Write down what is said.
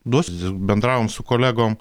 duos bendravom su kolegom